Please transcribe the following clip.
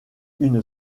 une